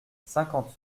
cinquante